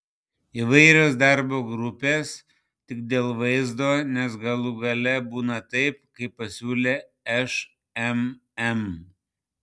įvairios darbo grupės tik dėl vaizdo nes galų gale būna taip kaip pasiūlė šmm